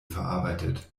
verarbeitet